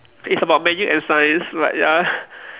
it's about magic and science but ya